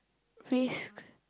risk